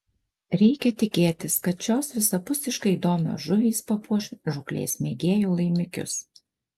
reikia tikėtis kad šios visapusiškai įdomios žuvys papuoš žūklės mėgėjų laimikius